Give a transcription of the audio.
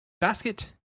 Basket